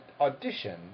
audition